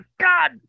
God